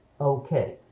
okay